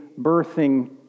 birthing